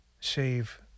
save